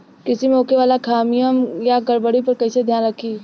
कृषि में होखे वाला खामियन या गड़बड़ी पर कइसे ध्यान रखि?